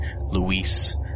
Luis